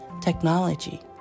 technology